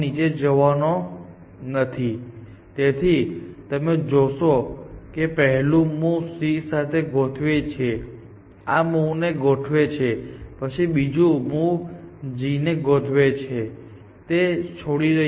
તેથી આગળનું પગલું કંઈક એવું હશે અને પછી હું આ નોડ પર હોઈશ અને હું આ રીતે ચાલુ રાખીશ તેથી તમે જોશો કે પહેલું મૂવ C સાથે ગોઠવે આ મૂવને ગોઠવે છે બીજું મૂવ G ને ગોઠવે છે તે છોડી રહ્યું છે